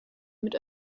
mit